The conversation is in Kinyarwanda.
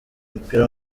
mupira